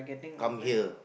come here